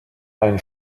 ein